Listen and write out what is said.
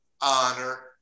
honor